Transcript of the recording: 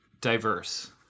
diverse